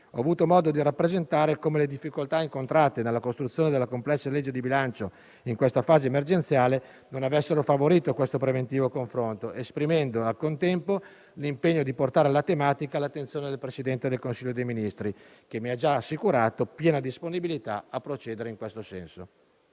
ho avuto modo di rappresentare come le difficoltà incontrate nella costruzione della complessa legge di bilancio in questa fase emergenziale non avessero favorito questo preventivo confronto, esprimendo al contempo l'impegno di portare la tematica all'attenzione del Presidente del Consiglio dei ministri, che mi ha già assicurato piena disponibilità a procedere in questo senso.